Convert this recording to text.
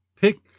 pick